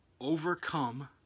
overcome